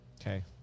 Okay